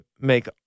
make